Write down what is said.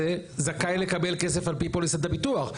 זכאי לקבל כסף על פי פוליסת הביטוח.